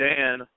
Dan